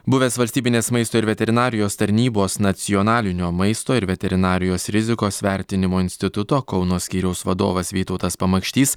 buvęs valstybinės maisto ir veterinarijos tarnybos nacionalinio maisto ir veterinarijos rizikos vertinimo instituto kauno skyriaus vadovas vytautas pamakštys